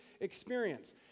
experience